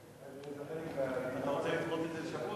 זה חלק מהביטחון, אתה רוצה לדחות את זה בשבוע?